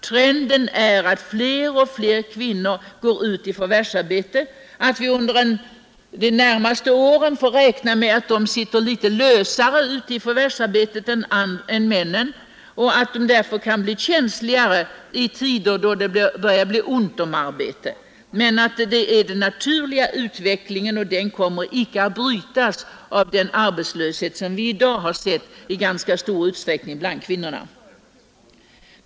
Trenden är att fler och fler kvinnor går ut i förvärvsarbete. Under de närmaste åren får vi räkna med att kvinnorna sitter litet lösare i förvärvsarbetet än männen och därför kan ha en känsligare ställning i tider då det börjar bli ont om arbete. Att kvinnorna går ut i förvärvslivet är emellertid en naturlig utveckling, och den kommer icke att brytas av den arbetslöshet som vi i dag sett i ganska stor utsträckning bland kvinnorna.